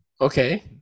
Okay